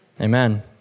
amen